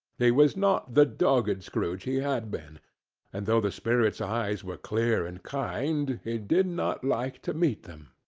he was not the dogged scrooge he had been and though the spirit's eyes were clear and kind, he did not like to meet them.